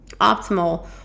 optimal